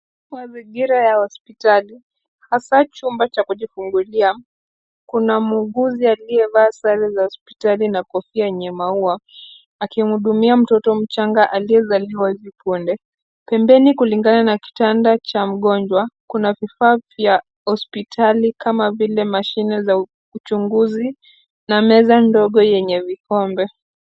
Mazingira ya hospitali, hasa chumba cha kujifungulia. Kuna muuguzi aliyevaa sare za hospitali na kofia yenye maua, akimhudumia mtoto mchanga aliyezaliwa hivi punde. Pembeni kulingana na kitanda cha mgonjwa, kuna vifaa vya hospitali kama vile mashine za uchunguzi, na meza ndogo yenye vikombe.